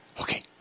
Okay